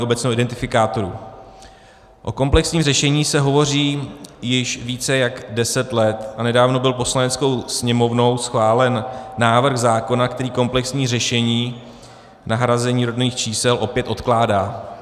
O komplexním řešení se hovoří již více jak deset let a nedávno byl Poslaneckou sněmovnou schválen návrh zákona, který komplexní řešení nahrazení rodných čísel opět odkládá.